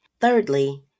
Thirdly